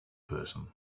person